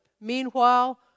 Meanwhile